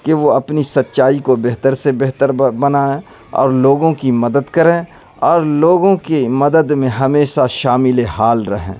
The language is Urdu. کہ وہ اپنی سچائی کو بہتر سے بہتر بنائیں اور لوگوں کی مدد کریں اور لوگوں کی مدد میں ہمیشہ شامل حال رہیں